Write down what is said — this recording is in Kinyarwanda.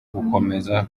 gukomeza